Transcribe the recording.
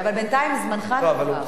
אבל בינתיים זמנך עבר.